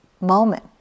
Moment